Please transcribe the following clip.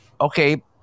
okay